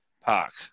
park